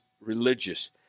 religious